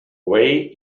away